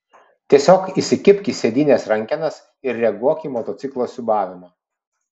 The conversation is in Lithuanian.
tiesiog įsikibk į sėdynės rankenas ir reaguok į motociklo siūbavimą